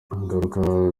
ingaruka